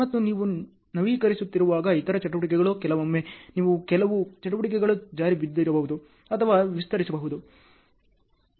ಮತ್ತು ನೀವು ನವೀಕರಿಸುತ್ತಿರುವಾಗ ಇತರ ಚಟುವಟಿಕೆಗಳು ಕೆಲವೊಮ್ಮೆ ನೀವು ಕೆಲವು ಚಟುವಟಿಕೆಗಳು ಜಾರಿಬಿದ್ದಿರಬಹುದು ಅಥವಾ ವಿಸ್ತರಿಸಬಹುದು